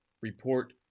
report